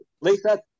Lisa